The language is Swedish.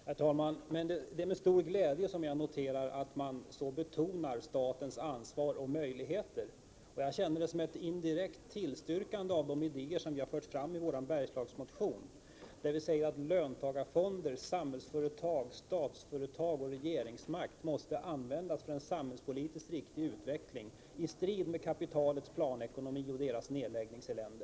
Herr talman! Det är med stor glädje jag noterar att man så betonar statens ansvar och möjligheter. Jag upplever det som ett indirekt tillstyrkande av de idéer som jag har fört fram i vår Bergslagsmotion, där vi säger att löntagarfonder, samhällsföretag, statsföretag och regeringsmakt måste användas för en samhällspolitiskt riktig utveckling, i strid med kapitalets planekonomi och nedläggningselände.